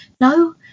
no